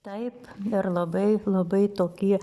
taip ir labai labai tokį